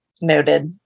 Noted